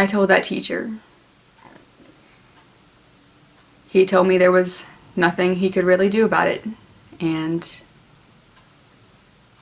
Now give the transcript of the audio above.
i told the teacher he told me there was nothing he could really do about it and